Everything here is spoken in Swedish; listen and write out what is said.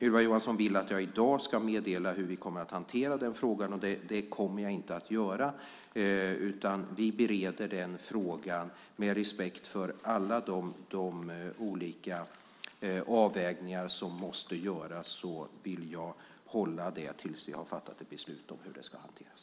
Ylva Johansson vill att jag i dag ska meddela hur vi kommer att hantera den frågan. Det kommer jag inte att göra. Vi bereder den frågan. Med respekt för alla de olika avvägningar som måste göras vill jag hålla på det tills vi har fattat beslut om hur det ska hanteras.